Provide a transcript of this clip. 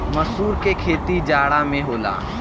मसूर के खेती जाड़ा में होला